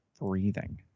breathing